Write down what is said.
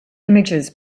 images